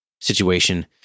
situation